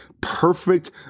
perfect